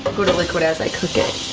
ah go to liquid as i cook it.